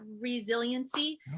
resiliency